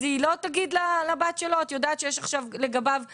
אז היא לא תגיד לבת שלו את יודעת שיש לגביו עכשיו ועדה?